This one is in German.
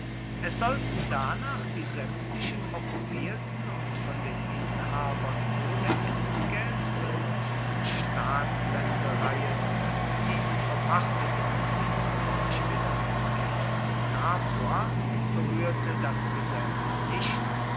es sollten danach die sämtlichen okkupierten und von den inhabern ohne entgelt benutzten staatsländereien die verpachteten wie zum beispiel das gebiet von capua berührte das gesetz nicht